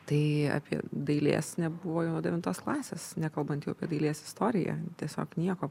tai apie dailės nebuvo jau nuo devintos klasės nekalbant jau apie dailės istoriją tiesiog nieko